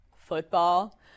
football